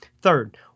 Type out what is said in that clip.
Third